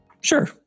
Sure